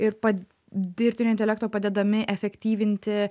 ir pad dirbtinio intelekto padedami efektyvinti